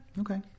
Okay